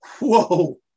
Whoa